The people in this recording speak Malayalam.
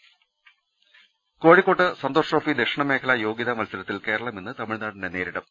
ദർശ്ശക്കുള്ള കോഴിക്കോട്ട് സന്തോഷ്ട്രോഫി ദക്ഷിണമേഖലാ യോഗ്യതാ മത്സര ത്തിൽ കേരളം ഇന്ന് തമിഴ്നാടിനെ നേരിടും